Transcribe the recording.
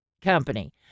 company